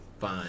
fine